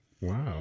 Wow